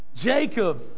Jacob